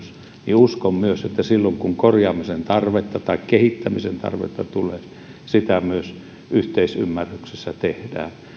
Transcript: niin uskon myös että silloin kun korjaamisen tarvetta tai kehittämisen tarvetta tulee myös niitä yhteisymmärryksessä tehdään